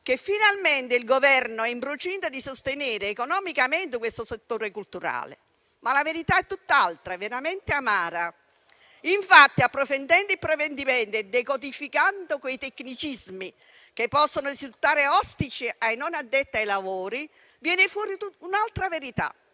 che finalmente il Governo è in procinto di sostenere economicamente questo settore culturale. La verità però è tutt'altra ed è veramente amara. Approfondendo il provvedimento e decodificando quei tecnicismi che possono risultare ostici ai non addetti ai lavori, viene infatti fuori un'altra verità,